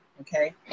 okay